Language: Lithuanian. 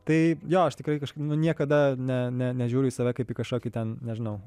tai jo aš tikrai kažkaip nu niekada nežiūriu į save kaip į kažkokį ten nežinau